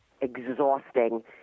exhausting